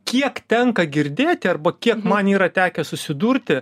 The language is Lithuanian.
kiek tenka girdėti arba kiek man yra tekę susidurti